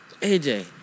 AJ